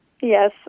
yes